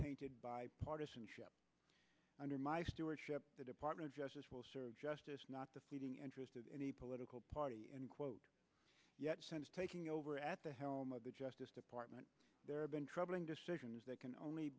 untainted by partisanship under my stewardship the department of justice will serve justice not the meeting interested in any political party quote taking over at the helm of the justice department there have been troubling decisions that can only